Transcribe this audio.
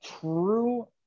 true